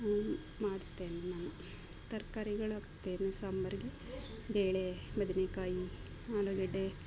ಮಾಡ್ತೇನೆ ನಾನು ತರಕಾರಿಗಳ ಹಾಕ್ತೇನೆ ಸಾಂಬರಿಗೆ ಬೇಳೆ ಬದನೇಕಾಯಿ ಆಲೂಗೆಡ್ಡೆ